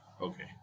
Okay